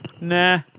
nah